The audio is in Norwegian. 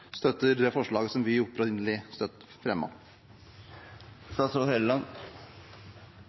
støtter det forslaget vi opprinnelig